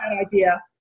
idea